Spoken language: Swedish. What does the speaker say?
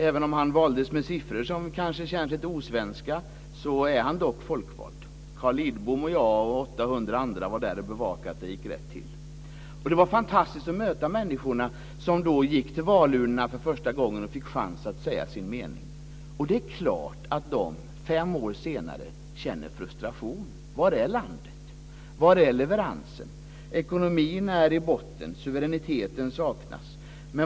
Även om han valdes med siffror som kanske känns lite osvenska så är han dock folkvald. Carl Lidbom, jag och 800 andra var där och bevakade att det gick rätt till. Det var fantastiskt att möta människorna som då gick till valurnorna för första gången och fick chansen att säga sin mening. Det är klart att de fem år senare känner frustration. Var är landet? Var är leveransen? Ekonomin är i botten. Suveräniteten saknas.